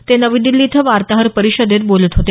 ते नवी दिल्ली इथं वार्ताहर परिषदेत बोलत होते